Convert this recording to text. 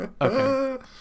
Okay